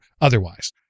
otherwise